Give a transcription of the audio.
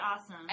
awesome